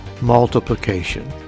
multiplication